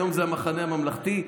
היום זה המחנה הממלכתי.